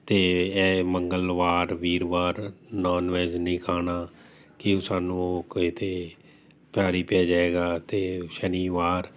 ਅਤੇ ਇਹ ਮੰਗਲਵਾਰ ਵੀਰਵਾਰ ਨੋਨ ਵੈਜ ਨਹੀਂ ਖਾਣਾ ਕੀ ਸਾਨੂੰ ਉਹ ਕਿਤੇ ਭਾਰੀ ਪੈ ਜਾਵੇਗਾ ਅਤੇ ਸ਼ਨੀਵਾਰ